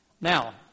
Now